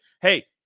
Hey